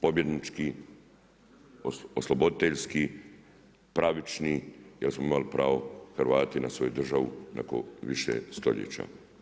Pobjednički, osloboditeljski, pravični, jer smo imali pravo Hrvati na svoju državu, nakon više stoljeća.